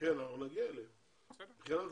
סגן השר